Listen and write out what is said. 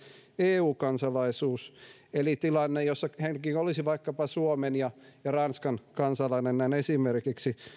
eu kansalaisuus eli tilanne jossa henkilö olisi vaikkapa suomen ja ja ranskan kansalainen näin esimerkiksi